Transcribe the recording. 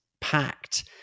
packed